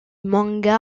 manga